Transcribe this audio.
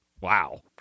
Wow